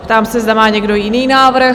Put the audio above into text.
Ptám se, zda má někdo jiný návrh?